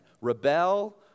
rebel